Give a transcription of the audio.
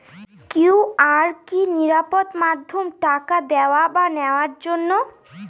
QR কি নিরাপদ মাধ্যম টাকা দেওয়া বা নেওয়ার জন্য?